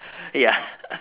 ya